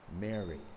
Mary